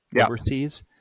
overseas